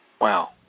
Wow